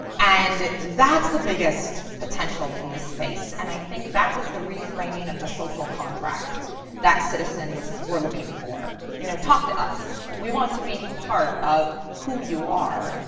and that's the biggest potential in this space. and i think that was the reframing of the social contract that citizens were looking for. you know, talk to us. we want to be part of who you are.